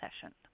session